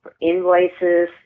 invoices